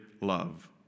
love